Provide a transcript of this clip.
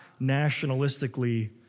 nationalistically